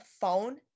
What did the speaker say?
phone